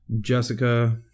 Jessica